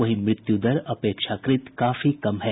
वहीं मृत्यू दर अपेक्षाकृत काफी कम है